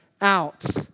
out